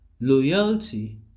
loyalty